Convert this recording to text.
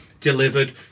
delivered